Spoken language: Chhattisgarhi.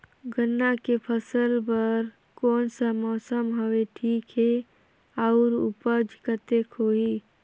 गन्ना के फसल बर कोन सा मौसम हवे ठीक हे अउर ऊपज कतेक होही?